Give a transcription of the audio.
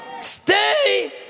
stay